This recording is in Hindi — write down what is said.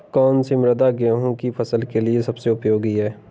कौन सी मृदा गेहूँ की फसल के लिए सबसे उपयोगी है?